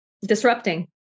Disrupting